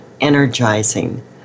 energizing